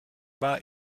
war